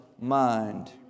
mind